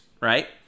right